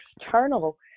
external